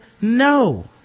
no